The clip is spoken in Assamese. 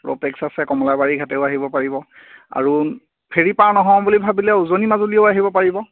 ৰৌপেক্স আছে কমলাবাৰী ঘাটেও আহিব পাৰিব আৰু ফেৰী পাৰ নহও বুলি ভাবিলেও উজনি মাজুলীও আহিব পাৰিব